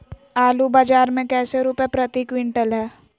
आलू बाजार मे कैसे रुपए प्रति क्विंटल है?